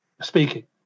speaking